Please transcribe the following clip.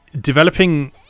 developing